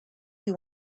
you